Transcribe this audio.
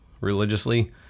religiously